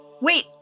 Wait